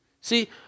See